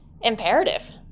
imperative